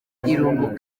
irungu